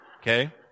Okay